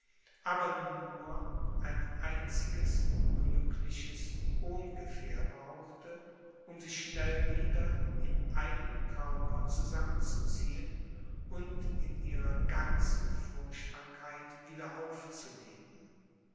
aber nur ein einziges glückliches ohngefähr brauchte um sich schnell wieder in einen körper zusammenzuziehen und in ihrer ganzen furchtbarkeit